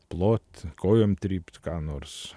plot kojom trypt ką nors